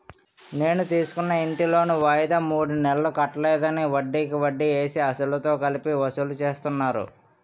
నేను తీసుకున్న ఇంటి లోను వాయిదా మూడు నెలలు కట్టలేదని, వడ్డికి వడ్డీ వేసి, అసలుతో కలిపి వసూలు చేస్తున్నారు